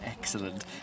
Excellent